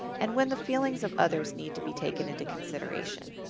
and when the feelings of others need to be taken into consideration.